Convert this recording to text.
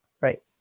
right